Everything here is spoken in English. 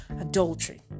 adultery